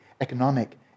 economic